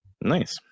nice